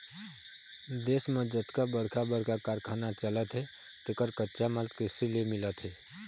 देश म जतका बड़का बड़का कारखाना चलत हे तेखर कच्चा माल कृषि ले मिलत हे